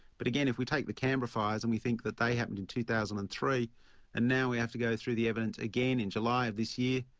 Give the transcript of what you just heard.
but again, if we take the canberra fires and we think that they happened in two thousand and three and now we have to go through the evidence again in july of this year,